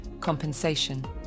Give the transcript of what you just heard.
compensation